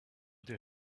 they